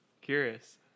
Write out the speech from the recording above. Curious